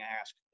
ask